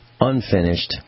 unfinished